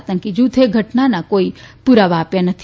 આંતકી જૂથે ઘટનાના કોઈ પુરાવા આપ્યા નથી